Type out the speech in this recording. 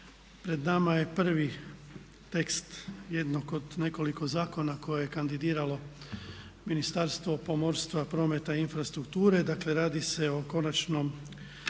pred nama je prvi tekst jednog od nekoliko zakona koje je kandidiralo Ministarstvo pomorstva, prometa i infrastrukture, dakle radi se o Konačnom